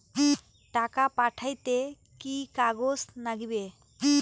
টাকা পাঠাইতে কি কাগজ নাগীবে?